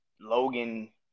Logan